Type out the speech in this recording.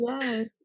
Yes